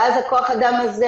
ואז כוח האדם הזה,